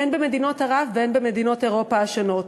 הן במדינות ערב והן במדינות אירופה השונות.